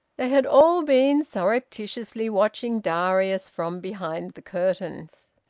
they had all been surreptitiously watching darius from behind the curtains.